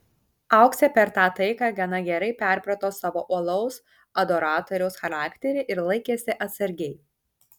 auksė per tą taiką gana gerai perprato savo uolaus adoratoriaus charakterį ir laikėsi atsargiai